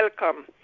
welcome